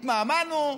התמהמהנו,